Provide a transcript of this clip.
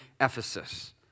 Ephesus